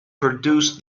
produce